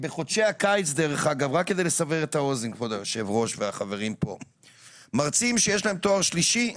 בחודשי הקיץ רק כדי לסבר את האוזן - מרצים שיש להם תואר שלישי,